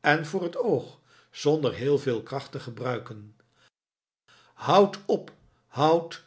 en voor het oog zonder heel veel kracht te gebruiken houd op houd